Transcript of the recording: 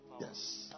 Yes